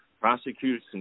Prosecutors